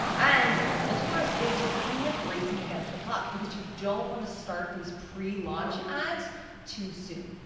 and what's worse is you're kind of racing against the clock because you don't want to start these pre-launch ads too soon,